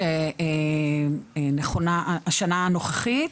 השנה הנוכחית,